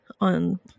on